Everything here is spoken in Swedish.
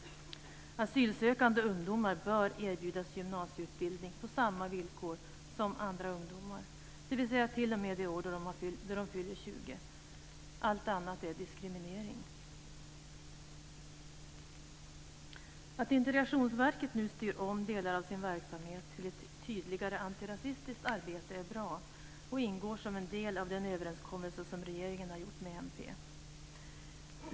Asylsökande ungdomar bör erbjudas gymnasieutbildning på samma villkor som andra ungdomar, dvs. t.o.m. det år då de fyller 20. Allt annat är diskriminering. Att Integrationsverket nu styr om delar av sin verksamhet till ett tydligare antirasistiskt arbete är bra och ingår som en del i den överenskommelse som regeringen har träffat med mp.